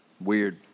Weird